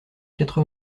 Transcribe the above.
quatre